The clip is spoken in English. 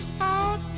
out